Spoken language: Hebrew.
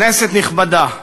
כנסת נכבדה,